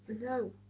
No